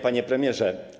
Panie Premierze!